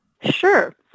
Sure